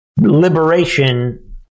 liberation